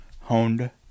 Honda